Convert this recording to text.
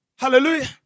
Hallelujah